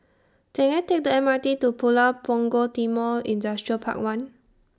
Can I Take The M R T to Pulau Punggol Timor Industrial Park one